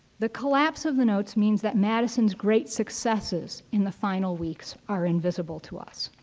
the collapse of the notes means that madison's great successes in the final weeks are invisible to us.